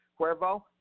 Cuervo